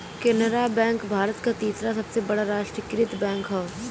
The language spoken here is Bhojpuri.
केनरा बैंक भारत क तीसरा सबसे बड़ा राष्ट्रीयकृत बैंक हौ